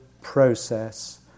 process